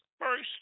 first